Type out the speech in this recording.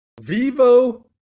Vivo